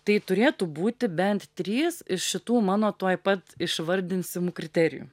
tai turėtų būti bent trys iš šitų mano tuoj pat išvardinsim kriterijų